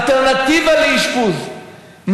אלטרנטיבה לאשפוז,